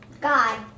God